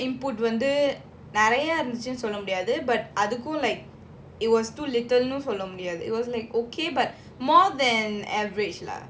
teacher input வந்துநெறயஇருந்துச்சுனுசொல்லமுடியாது:vandhu neraya irunthuchunu solla mudiyathu but other go like it was too little சொல்லமுடியாது:solla mudiyathu it was like okay but more than average lah